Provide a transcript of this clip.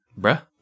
Bruh